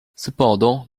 cependant